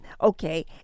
Okay